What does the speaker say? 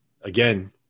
again